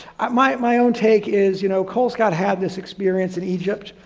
i might my own take is, you know, colescott had this experience in egypt,